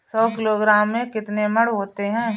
सौ किलोग्राम में कितने मण होते हैं?